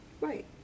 Right